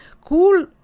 cool